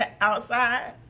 Outside